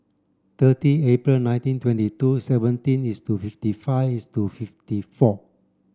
thirty April nineteen twenty two seventeen is to fifty five is to fifty four